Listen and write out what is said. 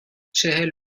چهل